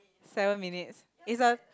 seven minutes is a